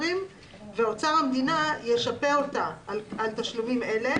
אוצר המדינה ישפה אותה על תשלומים אלה